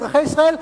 אזרחי ישראל,